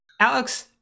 Alex